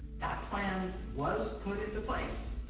that plan was put into place.